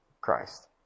Christ